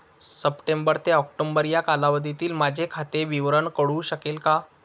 September ते October या कालावधीतील माझे खाते विवरण कळू शकेल का?